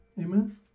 Amen